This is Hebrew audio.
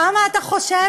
כמה אתה חושב,